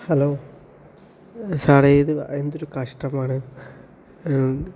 hello സാറെ ഇത് എന്തൊരു കഷ്ട്ടമാണ്